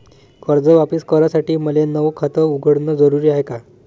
कर्ज वापिस करासाठी मले नव खात उघडन जरुरी हाय का?